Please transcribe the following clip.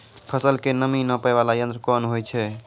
फसल के नमी नापैय वाला यंत्र कोन होय छै